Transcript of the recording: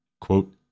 quote